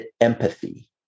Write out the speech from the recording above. empathy